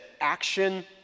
action